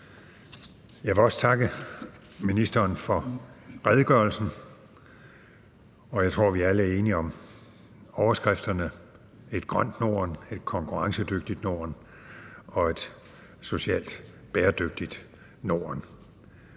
Jeg vil også takke ministeren for redegørelsen. Jeg tror, vi alle er enige om overskrifterne »Et grønt Norden«, »Et konkurrencedygtigt Norden« og »Et socialt bæredygtigt Norden«.